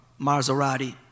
Maserati